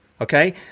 Okay